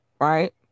right